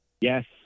yes